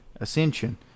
ascension